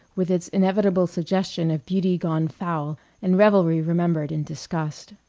with its inevitable suggestion of beauty gone foul and revelry remembered in disgust.